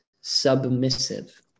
submissive